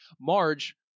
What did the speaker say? marge